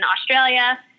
Australia